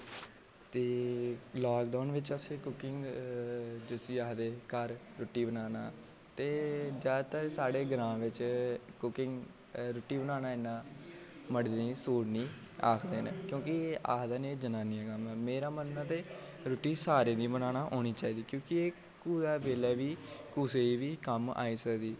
ते लॉकडाउन बिच असें कुकिंग जिसी आखदे घर रुट्टी बनाना ते जादातर साढ़े ग्रांऽ बिच कुकिंग रुट्टी बनाना इ'न्ना मरदें ई सूट निं आखदे न क्योंकि एह् आखदे न एह् जनानियें दा कम्म ऐ मेरा मनन्ना ऐ रुट्टी सारें गी बनाना औनी चाहिदी क्योंकि कुसै बेल्लै बी कुसै बी कम्म आई सकदी